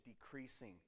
decreasing